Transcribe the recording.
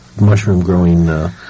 mushroom-growing